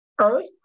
earth